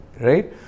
right